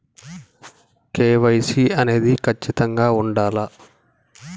KYC అనేది ఖచ్చితంగా ఉండాలా?